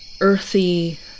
earthy